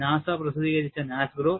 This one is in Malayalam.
ഒന്ന് നാസ പ്രസിദ്ധീകരിച്ച NASGRO